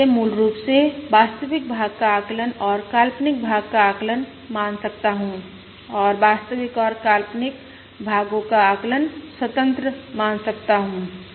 मैं इसे मूल रूप से वास्तविक भाग का आकलन और काल्पनिक भाग का आकलन मान सकता हूं और वास्तविक और काल्पनिक भागों का आकलन स्वतंत्र मान सकता हूं